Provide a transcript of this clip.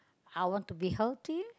I want to be healthy